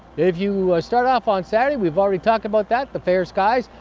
if you start off on saturday, we've already talked about that, the fair skies,